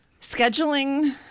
scheduling